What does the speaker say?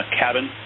cabin